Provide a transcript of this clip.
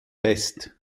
west